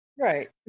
Right